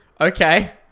Okay